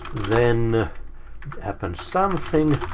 then happens something.